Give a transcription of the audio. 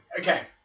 okay